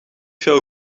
veel